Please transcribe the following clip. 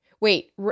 Wait